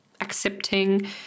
accepting